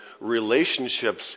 relationships